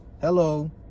hello